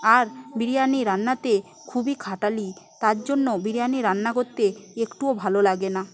আর বিরিয়ানি রান্নাতে খুবই খাটনি তার জন্য বিরিয়ানি রান্না করতে একটুও ভালো লাগে না